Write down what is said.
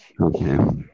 okay